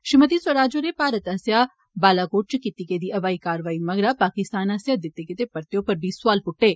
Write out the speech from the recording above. श्रीमति स्वराज होरें भारत आस्सेआ बालाकोट च कीती गेदी हवाई कारवाई मगरा पाकिस्तान आस्सेआ दिते गेदे परते उप्पर बी सौआल पुट्टे